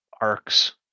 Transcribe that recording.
arcs